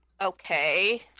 Okay